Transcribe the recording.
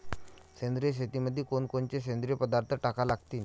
सेंद्रिय शेतीमंदी कोनकोनचे सेंद्रिय पदार्थ टाका लागतीन?